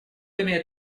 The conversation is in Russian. имеет